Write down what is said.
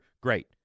great